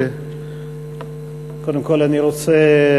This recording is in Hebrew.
קודם כול אני רוצה